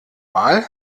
mal